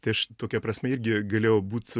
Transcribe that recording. tai aš tokia prasme irgi galėjau būt